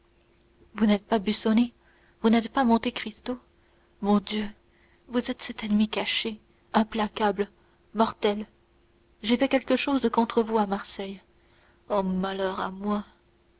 vous n'êtes pas busoni vous n'êtes pas monte cristo mon dieu vous êtes cet ennemi caché implacable mortel j'ai fait quelque chose contre vous à marseille oh malheur à moi